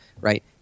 right